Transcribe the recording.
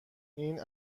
این